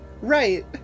Right